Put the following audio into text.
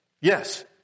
Yes